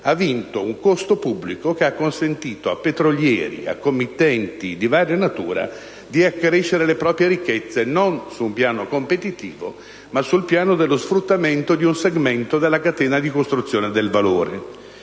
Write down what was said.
ha vinto un costo pubblico che ha consentito a petrolieri e a committenti di varia natura di accrescere le proprie ricchezze, non sul piano competitivo ma sul piano dello sfruttamento di un segmento della catena di costruzione del valore.